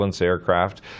aircraft